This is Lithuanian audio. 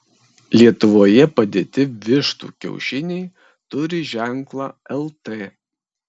lietuvoje padėti vištų kiaušiniai turi ženklą lt